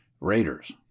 Raiders